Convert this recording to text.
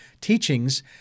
teachings